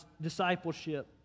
discipleship